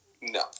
No